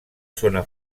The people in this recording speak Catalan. zona